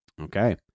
Okay